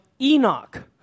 Enoch